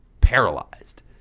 paralyzed